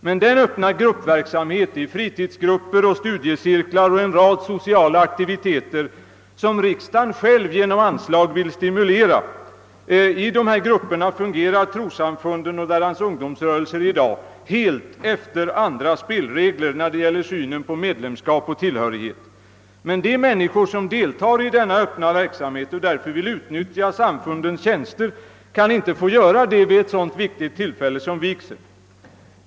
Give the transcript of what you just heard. Men i den öppna gruppverksamheten i fritidsgrupper, studiecirklar och en rad sociala aktiviteter, som riksdagen själv genom anslag vill stimulera, fungerar trossamfunden och deras ungdomsrörelser i dag helt efter andra spelregler när det gäller synen på medlemskap och tillhörighet. Men de människor som deltar i denna öppna verksamhet och vill utnyttja samfundens tjänster i olika sammanhang kan inte få göra det vid ett sådant viktigt tillfälle som vigseln.